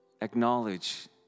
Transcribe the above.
acknowledge